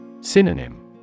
Synonym